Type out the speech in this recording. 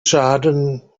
schaden